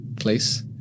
place